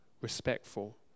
respectful